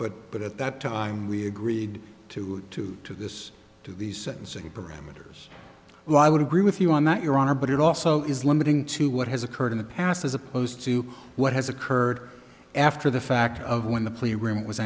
but but at that time we agreed to to to this to these sentencing parameters well i would agree with you on that your honor but it also is limiting to what has occurred in the past as opposed to what has occurred after the fact of when the pl